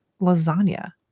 lasagna